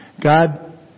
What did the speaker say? God